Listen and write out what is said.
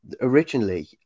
originally